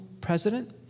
president